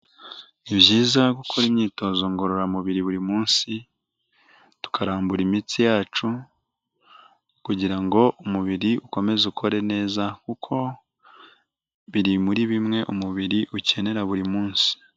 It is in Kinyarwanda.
Ni byiza gukora imyitozo ngororamubiri buri munsi, tukarambura imitsi yacu kugira ngo umubiri ukomeze ukore neza kuko biri muri bimwe umubiri ukenera buri munsi.